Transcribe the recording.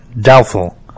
Doubtful